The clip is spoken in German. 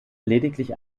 lediglich